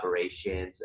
collaborations